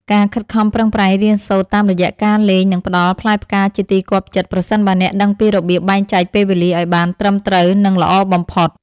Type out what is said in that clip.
ការខិតខំប្រឹងប្រែងរៀនសូត្រតាមរយៈការលេងនឹងផ្តល់ផ្លែផ្កាជាទីគាប់ចិត្តប្រសិនបើអ្នកដឹងពីរបៀបបែងចែកពេលវេលាឱ្យបានត្រឹមត្រូវនិងល្អបំផុត។